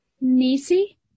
Nisi